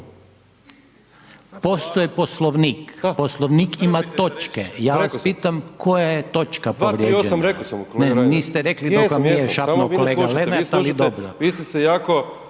Postoji Poslovnik, Poslovnik ima točke ja vas pitam koja je točka povrijeđena?/… reko sam, 238. reko sam kolega Reiner